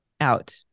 out